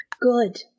good